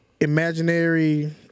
Imaginary